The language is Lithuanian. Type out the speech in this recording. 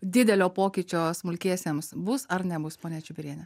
didelio pokyčio smulkiesiems bus ar nebus ponia čibiriene